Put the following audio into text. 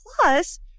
Plus